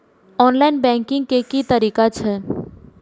Online banking के की तरीका छै?